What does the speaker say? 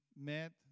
met